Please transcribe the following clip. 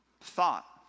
thought